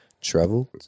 travel